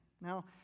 Now